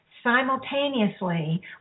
Simultaneously